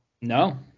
No